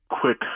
quick